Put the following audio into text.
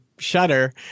Shutter